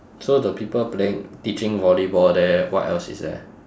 so the people playing teaching volleyball there what else is there